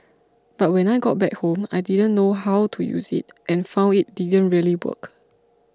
but when I got back home I didn't know how to use it and found it didn't really work